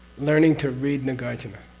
learning to read nagarjuna.